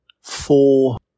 four